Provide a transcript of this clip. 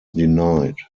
denied